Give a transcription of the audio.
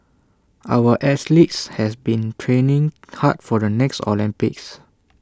our athletes have been training hard for the next Olympics